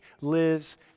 lives